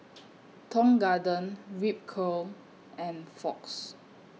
Tong Garden Ripcurl and Fox